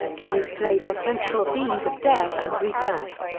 in these plays are central themes of death and rebirth.